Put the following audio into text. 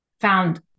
found